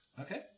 Okay